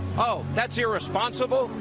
ah that's irresponsible,